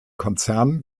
konzern